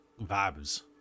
vibes